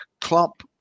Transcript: Klopp